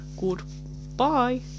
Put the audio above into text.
goodbye